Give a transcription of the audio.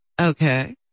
okay